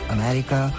America